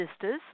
sisters